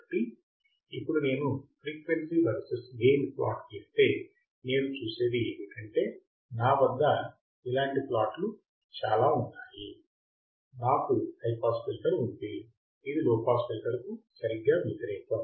కాబట్టి ఇప్పుడు నేను ఫ్రీక్వెన్సీ వర్సెస్ గెయిన్ ప్లాట్ గీస్తే నేను చూసేది ఏమిటంటే నా వద్ద ఇలాంటి ప్లాట్లు చాలా ఉన్నాయి నాకు హై పాస్ ఫిల్టర్ ఉంది ఇది లో పాస్ ఫిల్టర్కు సరిగ్గా వ్యతిరేకం